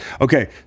Okay